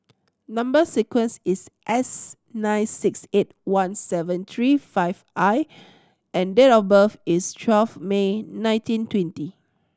number sequence is S nine six eight one seven tree five I and date of birth is twelve May nineteen twenty